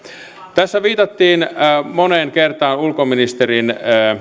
tässä viitattiin moneen kertaan ulkoministerin